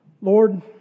Lord